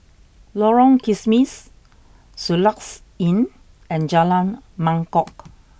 Lorong Kismis Soluxe Inn and Jalan Mangkok